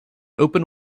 open